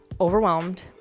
overwhelmed